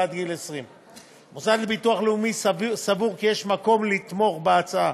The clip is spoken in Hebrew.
ועד גיל 20. המוסד לביטוח לאומי סבור כי יש מקום לתמוך בהצעה,